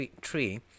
tree